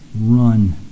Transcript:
Run